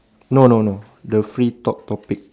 no no no the free talk topic